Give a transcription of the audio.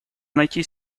найти